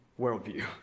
worldview